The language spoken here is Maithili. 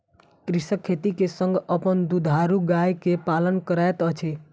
कृषक खेती के संग अपन दुधारू गाय के पालन करैत अछि